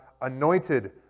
anointed